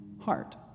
heart